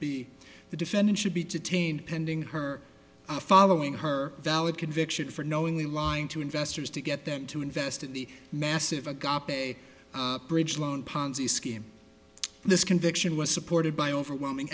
b the defendant should be detained pending her following her valid conviction for knowingly lying to investors to get them to invest in the massive a gaap a bridge loan ponzi scheme this conviction was supported by overwhelming